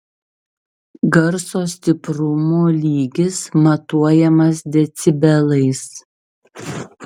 garso stiprumo lygis matuojamas decibelais